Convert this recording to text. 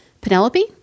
Penelope